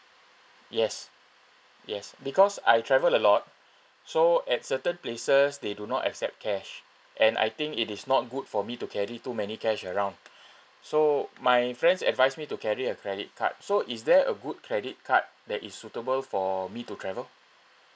yes yes because I travel a lot so at certain places they do not accept cash and I think it is not good for me to carry too many cash around so my friends advise me to carry a credit card so is there a good credit card that is suitable for me to travel